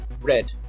red